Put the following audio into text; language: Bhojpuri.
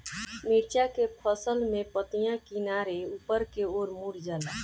मिरचा के फसल में पतिया किनारे ऊपर के ओर मुड़ जाला?